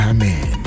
Amen